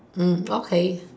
hmm okay